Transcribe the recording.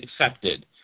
accepted